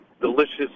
delicious